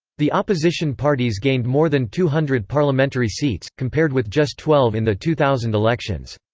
the opposition parties gained more than two hundred parliamentary seats, compared with just twelve in the two thousand elections.